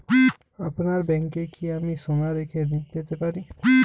আপনার ব্যাংকে কি আমি সোনা রেখে ঋণ পেতে পারি?